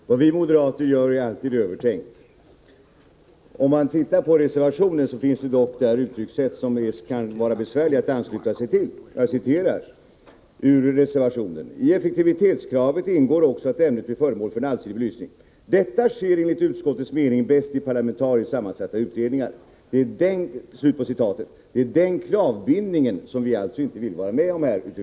Fru talman! Vad vi moderater gör är alltid övertänkt. I reservationen finns det uttryckssätt som kan vara besvärliga att ansluta sig till: ”I effektivitetskravet ingår också att ämnet blir föremål för en allsidig belysning. Detta sker enligt utskottets mening bäst i parlamentariskt sammansatta utredningar.” Det är den klavbindningen som vi inte vill vara med om.